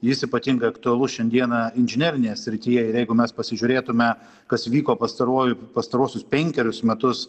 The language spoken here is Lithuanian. jis ypatingai aktualus šiandieną inžinerinėje srityje ir jeigu mes pasižiūrėtume kas vyko pastaruoju pastaruosius penkerius metus